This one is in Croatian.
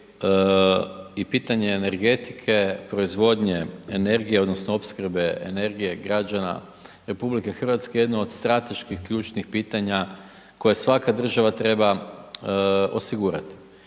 i pitanje energetike, proizvodnje energije odnosno opskrbe energije građana RH je jedno od strateških ključnih pitanje koje svake država treba osigurati.